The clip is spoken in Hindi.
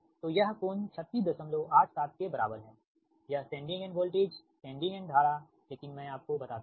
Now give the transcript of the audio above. तो यह कोण 3687 के बराबर है यह sending end voltage sending end धारा लेकिन मैं आपको बताता हूं